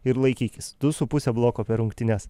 ir laikykis du su puse bloko per rungtynes